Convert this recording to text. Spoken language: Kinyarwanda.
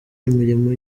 imirimo